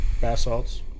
Basalts